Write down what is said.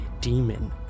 demon